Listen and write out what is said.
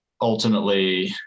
ultimately